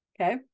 Okay